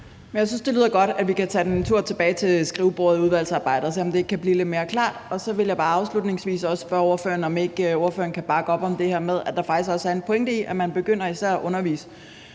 Jeg synes, det lyder godt, at vi kan tage det en tur tilbage til skrivebordet i udvalgsarbejdet og se, om ikke det kan blive lidt mere klart. Så vil jeg bare afslutningsvis også spørge ordføreren, om ikke ordføreren kan bakke op om det her med, at der faktisk også er en pointe i, at man begynder at undervise